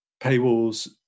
paywalls